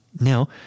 Now